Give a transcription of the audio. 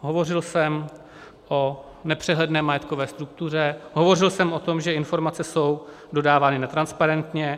Hovořil jsem o nepřehledné majetkové struktuře, hovořil jsem o tom, že informace jsou dodávány netransparentně.